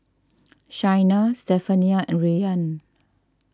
Shayna Stephania and Rian